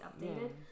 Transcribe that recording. updated